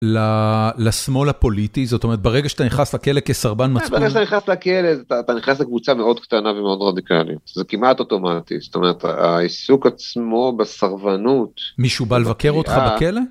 לשמאל הפוליטי זאת אומרת ברגע שאתה נכנס לכלא כסרבן מצפון... ברגע שאתה נכנס לכלא, אתה נכנס לקבוצה מאוד קטנה ומאוד רדיקלית זה כמעט אוטומטי זאת אומרת העיסוק עצמו בסרבנות. מישהו בא לבקר אותך בכלא?